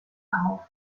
auf